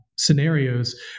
scenarios